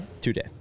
Today